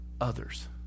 others